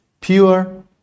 pure